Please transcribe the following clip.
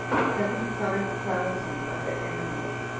seventy-five thousand of their enemies,